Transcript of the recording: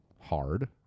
hard